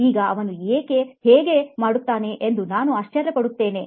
ಈಗ ಅವನು ಇದನ್ನು ಏಕೆ ಹೇಗೆ ಮಾಡುತ್ತಿದ್ದನು ಎಂದು ನಾವು ಆಶ್ಚರ್ಯ ಪಡುತ್ತಿದ್ದೇನೆ